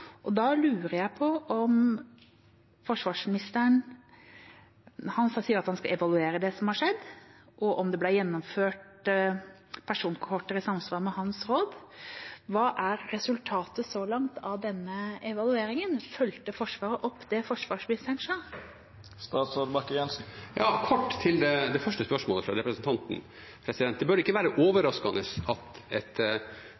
Forsvarsministeren sier at han skal evaluere det som har skjedd, og om det ble gjennomført personkohorter i samsvar med hans råd. Da lurer jeg på: Hva er resultatet så langt av denne evalueringen? Fulgte Forsvaret opp det forsvarsministeren sa? Kort til det første spørsmålet fra representanten: Det bør ikke være